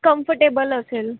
comfortable असेल